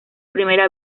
primera